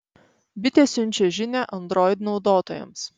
bitė siunčia žinią android naudotojams